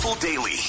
Daily